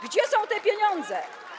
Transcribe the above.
Gdzie są te pieniądze?